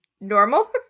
normal